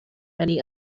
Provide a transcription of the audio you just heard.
many